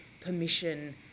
permission